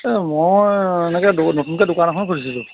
এ মই এনেকৈ নতুনকৈ দোকান এখন খুলিছিলোঁ